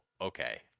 okay